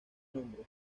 nombre